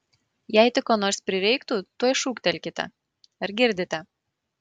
jei tik ko nors prireiktų tuoj šūktelkite ar girdite